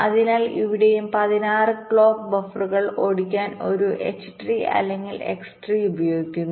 അതിനാൽ ഇവിടെയും അവർ 16 ക്ലോക്ക് ബഫറുകൾ ഓടിക്കാൻ ഒരു എച്ച് ട്രീ അല്ലെങ്കിൽ എക്സ് ട്രീ ഉപയോഗിക്കുന്നു